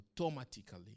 automatically